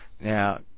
now